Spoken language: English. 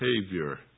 behavior